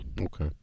okay